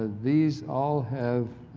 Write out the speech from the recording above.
these all have